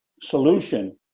solution